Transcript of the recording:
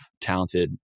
talented